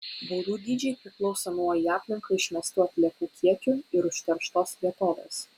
baudų dydžiai priklauso nuo į aplinką išmestų atliekų kiekių ir užterštos vietovės